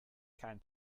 kein